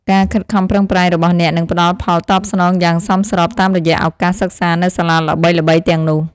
ការខិតខំប្រឹងប្រែងរបស់អ្នកនឹងផ្តល់ផលតបស្នងយ៉ាងសមស្របតាមរយៈឱកាសសិក្សានៅសាលាល្បីៗទាំងនោះ។